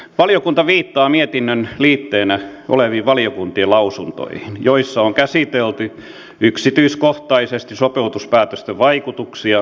valiokunta viittaa mietinnön liitteenä oleviin valiokuntien lausuntoihin joissa on käsitelty yksityiskohtaisesti sopeutuspäätösten vaikutuksia eri hallinnonaloilla